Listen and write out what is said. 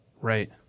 Right